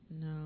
no